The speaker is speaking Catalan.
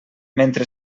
mentre